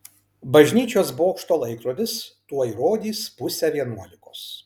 bažnyčios bokšto laikrodis tuoj rodys pusę vienuolikos